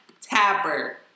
Tapper